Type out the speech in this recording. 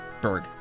Berg